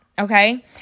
okay